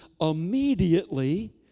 immediately